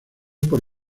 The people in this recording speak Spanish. por